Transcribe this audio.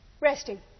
resting